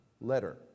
letter